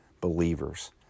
believers